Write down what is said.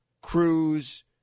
Cruz